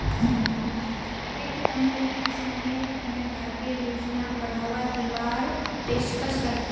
वित्त मंत्रीक किसानेर तने भारतीय योजनाक बढ़ावा दीवार पेशकस करले